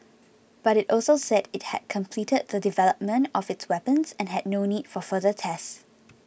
but it also said it had completed the development of its weapons and had no need for further tests